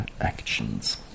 actions